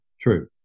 true